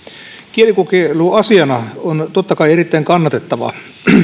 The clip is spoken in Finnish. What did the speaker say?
kielikokeilu asiana on totta kai erittäin kannatettava